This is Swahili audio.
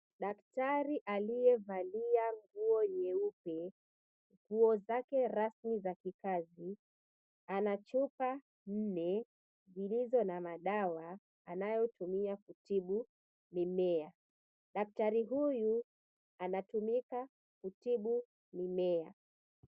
Daktari aliyevalia nguo nyeupe nguo zake rasmi za kikazi ana chupa nne zilizo na madawa anayotumia kutibu mimea. Daktari huyu anatumika kutibu mimea.